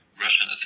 Russian